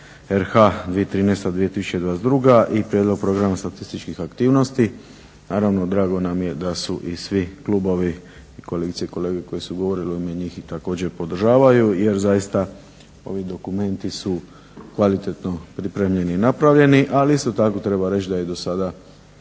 RH 2013.-2022. i Prijedlog programa statističkih aktivnosti. Naravno drago nam je da su i svi klubovi, kolegice i kolege koji su govorili, oni njih također podržavaju jer zaista ovi dokumenti su kvalitetno pripremljeni i napravljeni, ali isto tako treba reći da je do sada